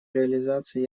реализации